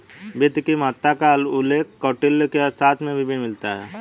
वित्त की महत्ता का उल्लेख कौटिल्य के अर्थशास्त्र में भी मिलता है